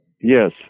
Yes